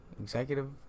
executive